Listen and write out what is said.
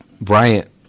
Bryant